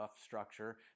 structure